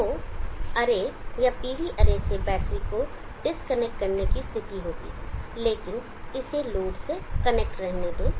तो अरे या PV array से बैटरी को डिस्कनेक्ट करने की स्थिति होगी लेकिन इसे लोड से कनेक्ट रहने दें